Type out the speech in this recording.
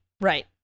right